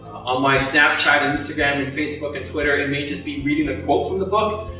on my snapchat, instagram, and facebook, and twitter, and it may just be reading a quote from the book.